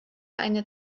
eine